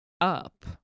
up